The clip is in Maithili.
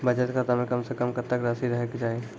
बचत खाता म कम से कम कत्तेक रासि रहे के चाहि?